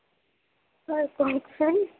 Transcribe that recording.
sir কওকচোন